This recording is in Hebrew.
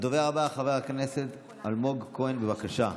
הדובר הבא, חבר הכנסת אלמוג כהן, בבקשה.